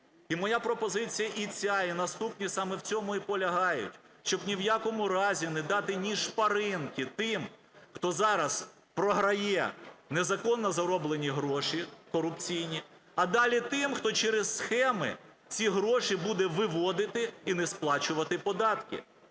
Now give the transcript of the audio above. і моя пропозиція і ця, і наступні саме в цьому і полягають, щоб ні в якому разі не дати ні шпаринки тим, хто зараз програє незаконно зароблені гроші корупційні, а далі тим, хто через схеми ці гроші буде виводити і не сплачувати податки.